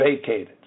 vacated